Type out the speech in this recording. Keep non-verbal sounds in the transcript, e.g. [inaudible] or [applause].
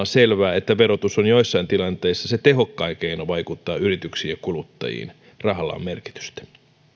[unintelligible] selvää että verotus on joissain tilanteissa se tehokkain keino vaikuttaa yrityksiin ja kuluttajiin rahalla on merkitystä